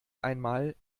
einmal